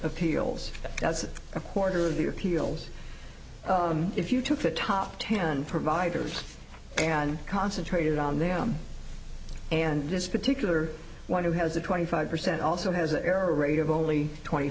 appeals that does a quarter of the appeals if you took the top ten providers and concentrated on them and this particular one who has a twenty five percent also has an error rate of only twenty